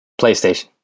PlayStation